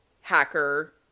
hacker